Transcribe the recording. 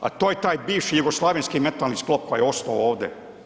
A to je taj bivši jugoslavenski mentalni sklop koji je osto ovde.